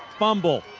fumble.